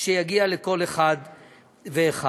שיגיע לכל אחד ואחד.